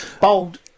Bold